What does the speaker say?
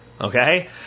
okay